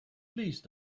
please